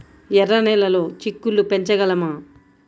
ఎర్ర నెలలో చిక్కుళ్ళు పెంచగలమా?